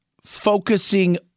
focusing